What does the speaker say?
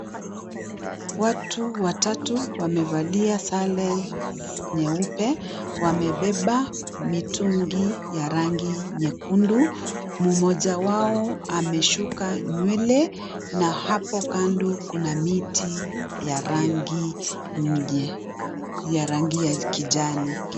Watu watatu wamevalia sare nyeupe. Wamebeba mitungi ya rangi nyekundu. Mmoja wao ameshuka nywele na hapo kando kuna miti ya rangi ya kijani.